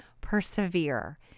persevere